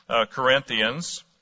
Corinthians